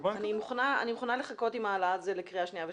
אני מוכנה לחכות עם ההעלאה של זה לקריאה שנייה ושלישית,